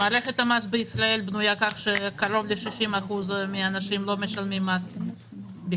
מערכת המס בישראל בנויה כך שקרוב ל-60% מן האנשים לא משלמים מס בכלל,